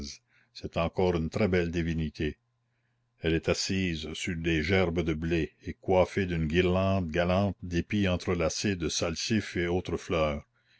c'est encore une très belle divinité elle est assise sur des gerbes de blé et coiffée d'une guirlande galante d'épis entrelacés de salsifis et autres fleurs